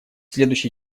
следующий